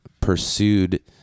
pursued